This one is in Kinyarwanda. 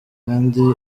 kandi